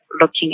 looking